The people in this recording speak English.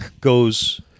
goes